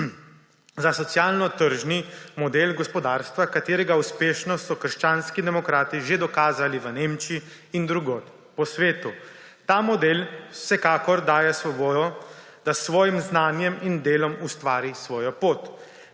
za socialno tržni model gospodarstva, katerega uspešnost so krščanski demokrati že dokazali v Nemčiji in drugod po svetu. Ta model vsekakor daje svobodo, da s svojim znanjem in delom ustvari svojo pot.